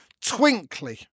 twinkly